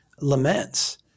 laments